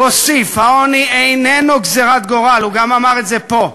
הוא הוסיף: "העוני אינו גזירת גורל" הוא גם אמר את זה פה,